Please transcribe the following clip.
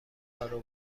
کارو